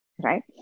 right